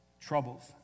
troubles